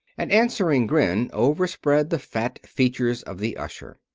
an answering grin overspread the fat features of the usher.